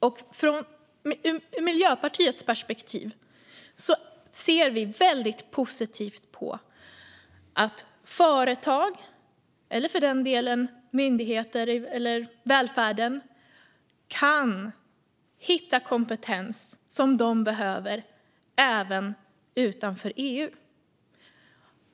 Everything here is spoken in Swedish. Ur Miljöpartiets perspektiv är det väldigt positivt att företagen, eller för den delen myndigheterna eller välfärden, kan hitta kompetens som de behöver även utanför EU.